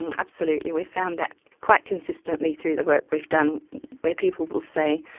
and absolutely. we found that quite consistently through the work we've done where people will say,